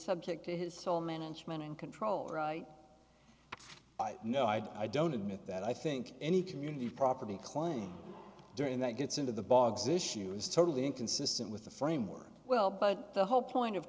subject to his soul management and control right i know i don't admit that i think any community property claim during that gets into the bogs issue is totally inconsistent with the framework well but the whole point of